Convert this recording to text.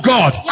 God